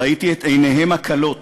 ראיתי את עיניהם הכלות